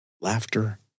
laughter